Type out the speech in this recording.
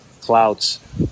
clouds